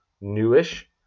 newish